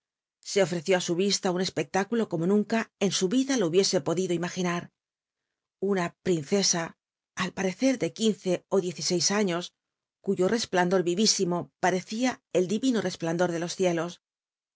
se ofreció á sil yis a un cspeclúculo como nunca en su vida lo hubiese porlitlo imaginar una princc a al parecer de r uince ó diez y seis aiíos curo resplandor vivísi mo parecía el di rino resplandor de los cielos